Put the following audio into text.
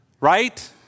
right